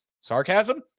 sarcasm